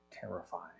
terrifying